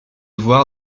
voir